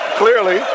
clearly